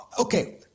okay